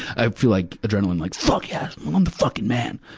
i feel like adrenaline, like fuck yeah! i'm the fucking man!